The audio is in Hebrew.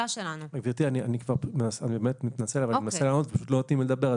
אני מתנצל, אני מנסה לענות ולא נותנים לי לדבר.